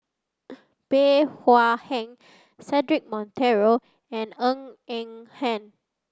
Bey Hua Heng Cedric Monteiro and Ng Eng Hen